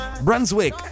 Brunswick